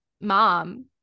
mom